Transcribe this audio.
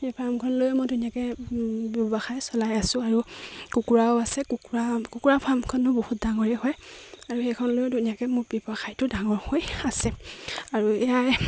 সেই ফাৰ্মখন লৈ মই ধুনীয়াকে ব্যৱসায় চলাই আছোঁ আৰু কুকুৰাও আছে কুকুৰা কুকুৰা ফাৰ্মখন মোৰ বহুত ডাঙৰেই হয় আৰু সেইখন লৈয়ো ধুনীয়াকে মোক ব্যৱসায়টো ডাঙৰ হৈ আছে আৰু এয়াই